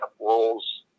roles